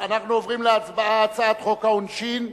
הצעת חוק העונשין (תיקון,